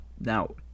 now